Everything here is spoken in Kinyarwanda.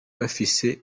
bafise